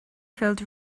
felt